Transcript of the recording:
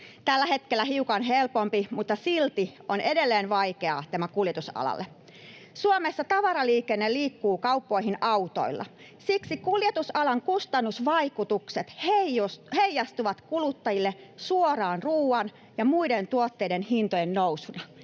tällä hetkellä hiukan helpompi, mutta silti tämä on edelleen vaikeaa kuljetusalalle. Suomessa tavaraliikenne liikkuu kauppoihin autoilla, ja siksi kuljetusalan kustannusvaikutukset heijastuvat kuluttajille suoraan ruuan ja muiden tuotteiden hintojen nousuna,